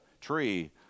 tree